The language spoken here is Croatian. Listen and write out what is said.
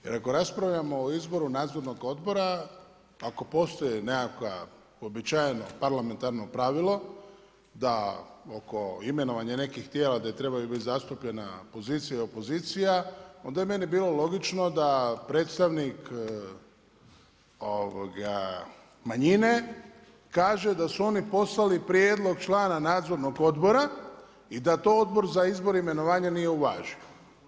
Jer ako raspravljamo o izboru nadzornog odbora, ako postoji nekakvo uobičajeno parlamentarno pravilo da oko imenovanja nekih tijela gdje trebaju bit zastupljena pozicija i opozicija, onda je meni bilo logično da predstavnik manjine kaže da u oni poslali prijedlog člana nadzornog odbora i da to Odbor za izbor i imenovanje, nije uvažio.